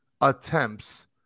attempts